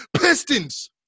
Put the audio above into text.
pistons